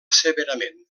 severament